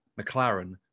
McLaren